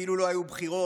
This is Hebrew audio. כאילו לא היו בחירות,